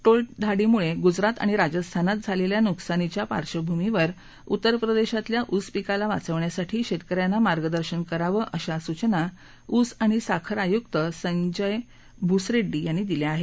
टोळधाडीमुळे गुजरात आणि राजस्थानमधे झालेल्या नुकसानीच्या पार्श्वभूमीवर उत्तर प्रदेशातल्या ऊस पिकाला वाचवण्यासाठी शेतक यांना मार्गदर्शन करावं अशा सूचना ऊस आणि साखर आयुक्त संयज भूसरेङ्डी यांनी दिल्या आहेत